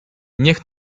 niech